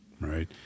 Right